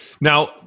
Now